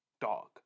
dog